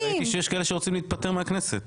ראיתי שיש כאלה שרוצים להתפטר מהכנסת.